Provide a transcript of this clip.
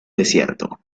desierto